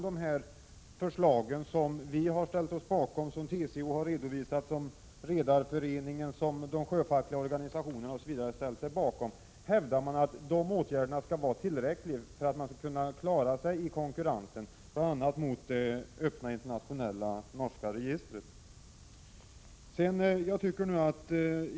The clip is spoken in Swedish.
De förslag som vi liksom också TCO, Redareföreningen, sjöfartsorganisationerna osv. har ställt oss bakom är tillräckliga för att man skall kunna klara sig i konkurrensen med bl.a. det öppna registret.